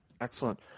excellent